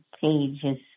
pages